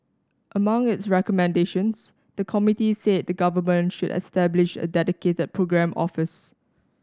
among its recommendations the committee said the Government should establish a dedicated programme office